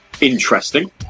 interesting